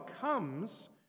comes